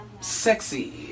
sexy